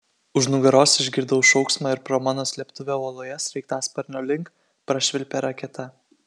už nugaros išgirdau šauksmą ir pro mano slėptuvę uoloje sraigtasparnio link prašvilpė raketa